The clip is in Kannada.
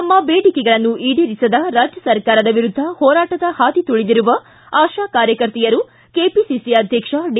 ತಮ್ನ ಬೇಡಿಕೆಗಳನ್ನು ಈಡೇರಿಸದ ರಾಜ್ಯ ಸರ್ಕಾರದ ವಿರುದ್ದ ಹೋರಾಟದ ಹಾದಿ ತುಳಿದಿರುವ ಆಶಾ ಕಾರ್ಯಕರ್ತೆಯರು ಕೆಪಿಸಿಸಿ ಅಧ್ಯಕ್ಷ ಡಿ